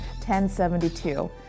1072